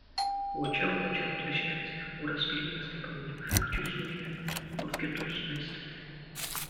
uodžiau uodžiau atvažiavęs oras grynas tai pamaniau kad jūsų nėra kad kur kitur smirstate